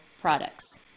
products